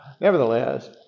nevertheless